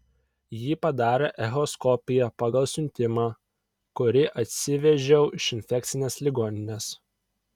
ji padarė echoskopiją pagal siuntimą kurį atsivežiau iš infekcinės ligoninės